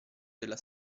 della